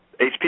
HP